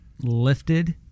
lifted